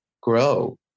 grow